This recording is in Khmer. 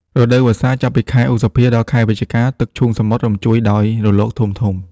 រដូវវស្សា ចាប់ពីខែឧសភាដល់ខែវិច្ឆិកា ទឹកឈូងសមុទ្រ រញ្ជួយដោយរលកធំៗ។